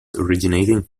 originating